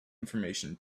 information